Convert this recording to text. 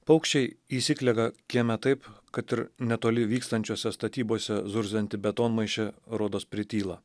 paukščiai įsiklega kieme taip kad ir netoli vykstančiose statybose zurzianti betonmaišė rodos prityla